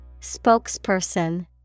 Spokesperson